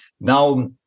Now